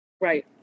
Right